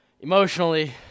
emotionally